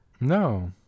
No